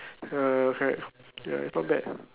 uh correct ya it's not bad